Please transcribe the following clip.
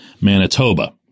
Manitoba